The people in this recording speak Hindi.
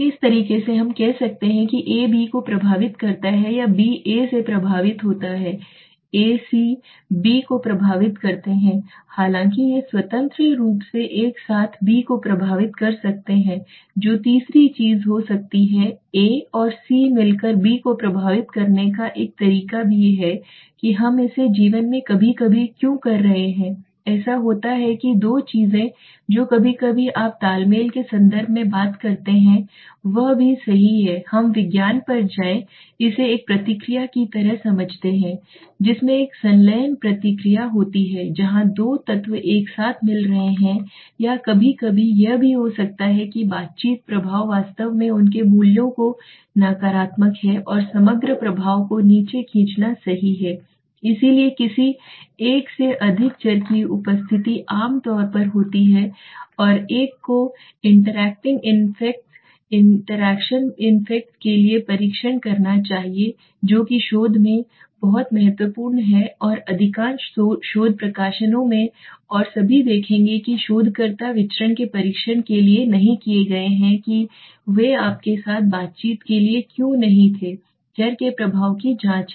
इस तरह से हम कहते हैं कि A B को प्रभावित करता है या BA से प्रभावित होता है AC B को प्रभावित करता है हालांकि ये स्वतंत्र रूप से एक साथ बी को प्रभावित कर सकते हैं जो तीसरी चीज हो सकती है A और C मिलकर B को प्रभावित करने का एक तरीका भी है कि हम इसे जीवन में कभी कभी क्यों कर रहे हैं ऐसा होता है कि दो चीजें जो कभी कभी आप तालमेल के संदर्भ में बात करते हैं वह भी सही है हम विज्ञान पर जाएं इसे एक प्रतिक्रिया की तरह समझते हैं जिसमें एक संलयन प्रतिक्रिया होती है जहां दो तत्व एक साथ मिल रहे हैं या कभी कभी यह भी हो सकता है कि बातचीत प्रभाव वास्तव में उनके मूल्यों को नकारात्मक है और समग्र प्रभाव को नीचे खींचना सही है इसलिए किसी एक से अधिक चर की उपस्थिति आम तौर पर होती है एक को इंटरेक्टिंग इफेक्ट्स इंटरैक्शन इफेक्ट्स के लिए परीक्षण करना चाहिए जो कि शोध में बहुत महत्वपूर्ण है और अधिकांश शोध प्रकाशनों में और सभी देखेंगे कि शोधकर्ता विचरण के परीक्षण के लिए नहीं गए हैं कि वे आपके साथ बातचीत के लिए क्यों नहीं गए थे चर के प्रभाव की जाँच हैं